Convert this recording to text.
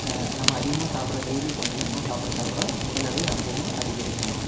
நம்ம அதிகமாக சாப்பிட்ற டெய்லி கொஞ்சம் கொஞ்சமா சாப்பிட சாப்பிட உடல் எடை ரொம்பவும் அதிகரிக்கும்